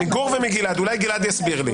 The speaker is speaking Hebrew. אולי גלעד יסביר לי.